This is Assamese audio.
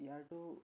ইয়াৰটো